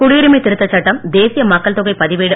குடியுரிமை திருத்த சட்டம் தேசிய மக்கள் தொகை பதிவேடு